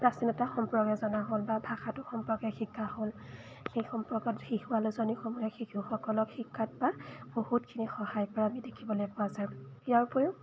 প্ৰাচীনতা সম্পৰ্কে জনা হ'ল বা ভাষাটো সম্পৰ্কে শিকা হ'ল সেই সম্পৰ্কত শিশু আলোচনী সময়ে শিশুসকলক শিক্ষাত বা বহুতখিনি সহায় কৰা আমি দেখিবলৈ পোৱা যায় ইয়াৰ উপৰিও